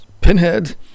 Pinhead